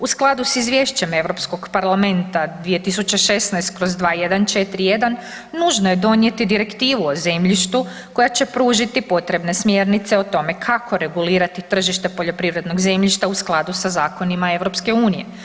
U skladu s Izvješćem Europskog parlamenta 2016/2141 nužno je donijeti direktivu o zemljištu koja će pružiti potrebne smjernice o tome kako regulirati tržište poljoprivrednog zemljišta u skladu sa zakonima EU.